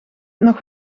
nog